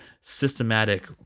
systematic